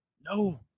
No